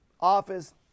office